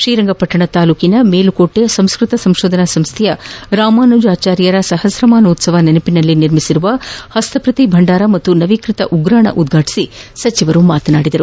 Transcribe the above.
ಶ್ರೀರಂಗಪಟ್ಟಣ ತಾಲೂಕಿನ ಮೇಲುಕೋಟೆ ಸಂಸ್ತತ ಸಂಶೋಧನಾ ಸಂಸ್ಥೆಯ ರಾಮಾನುಜಾಚಾರ್ಯರ ಸಪ್ರಮಾನೋತ್ಸವದ ನೆನಪಿನಲ್ಲಿ ನಿರ್ಮಿಸಿರುವ ಹಸ್ತಪ್ರತಿ ಭಂಡಾರ ಮತ್ತು ನವೀಕೃತ ಉಗ್ರಾಣ ಉದ್ಘಾಟಿಸಿ ಮಾತನಾಡಿದರು